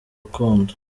rukundo